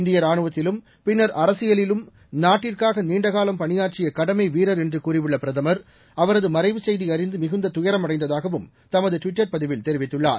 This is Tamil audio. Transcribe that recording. இந்திய ராணுவத்திலும் பின்னர் அரசியலிலும் நாட்டிற்காக நீண்டகாலம் பணியாற்றிய கடமைவீரர் என்று கூறியுள்ள பிரதமர் அவரது மறைவுச் செய்தி அறிந்து மிகுந்த துயரம் அடைந்ததாகவும் தமது டுவிட்டர் பதிவில் தெரிவித்துள்ளார்